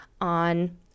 on